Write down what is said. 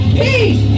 peace